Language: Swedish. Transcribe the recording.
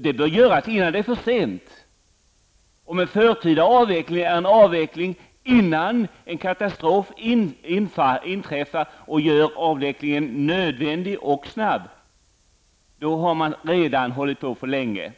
Det bör göras innan det är för sent. Om en förtida avveckling är en avveckling innan en katastrof inträffar och gör en snabb avveckling nödvändig, då har man redan hållit på för länge.